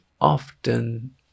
often